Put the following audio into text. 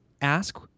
ask